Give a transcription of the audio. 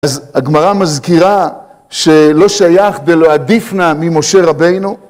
אז הגמרא מזכירה שלא שייך ולא עדיף נא ממשה רבינו